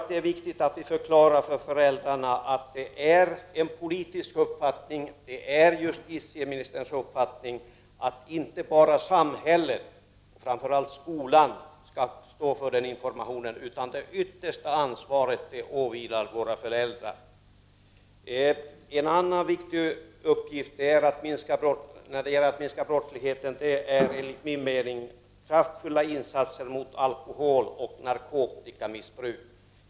Det är viktigt att förklara för föräldrarna att det är en politisk uppfattning, det är justitieministerns uppfattning, att inte bara samhället och framför allt skolan skall stå för denna information, utan att det yttersta ansvaret åvilar våra föräldrar. En annan viktig uppgift när det gäller att minska brottsligheten är enligt min mening att sätta in kraftfulla insatser mot alkoholoch narkotikamissbruk.